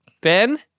Ben